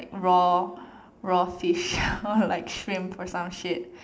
raw raw fish like shrimp or some shit